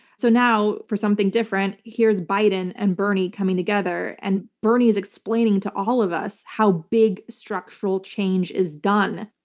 so now, for something different, here's biden and bernie coming together, and bernie is explaining to all of us how big structural change is done.